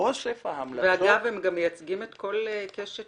ואוסף ההמלצות --- ואגב, הם מייצגים את כל קשת